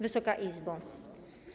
Wysoka Izbo!